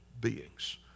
beings